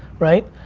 right?